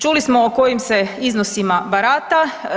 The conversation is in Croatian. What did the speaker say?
Čuli smo o kojim se iznosima barata.